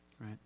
right